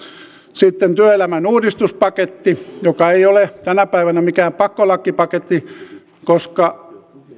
sitten on työelämän uudistuspaketti joka ei ole tänä päivänä mikään pakkolakipaketti koska